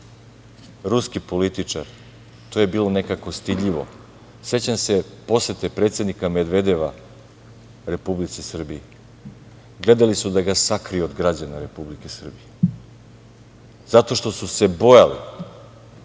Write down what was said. ruski političar, to je bilo nekako stidljivo.Sećam se posete predsednika Medvedeva Republici Srbiji. Gledali su da ga sakriju od građana Republike Srbije, zato što su bojali